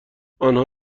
آنها